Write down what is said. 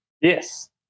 Yes